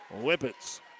Whippets